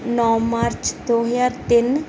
ਨੌਂ ਮਾਰਚ ਦੋ ਹਜ਼ਾਰ ਤਿੰਨ